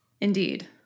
Indeed